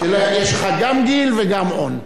יש לך גם גיל וגם און.